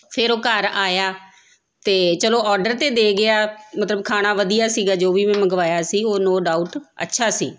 ਫਿਰ ਉਹ ਘਰ ਆਇਆ ਅਤੇ ਚਲੋ ਔਡਰ ਤਾਂ ਦੇ ਗਿਆ ਮਤਲਬ ਖਾਣਾ ਵਧੀਆ ਸੀਗਾ ਜੋ ਵੀ ਮੈਂ ਮੰਗਵਾਇਆ ਸੀ ਉਹ ਨੋ ਡਾਊਟ ਅੱਛਾ ਸੀ